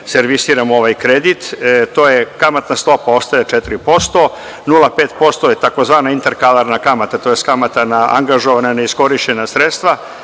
servisiramo ovaj kredit. Kamatna stopa ostaje 4%, 0,5% je tzv. interkaralna kamata, tj. kamata na angažovana neiskorišćena sredstva.